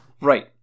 Right